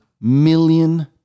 million